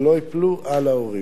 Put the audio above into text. שלא ייפלו על ההורים.